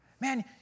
Man